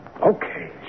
Okay